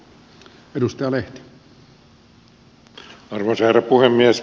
arvoisa herra puhemies